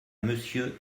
monsieur